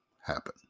happen